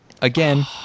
Again